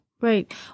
Right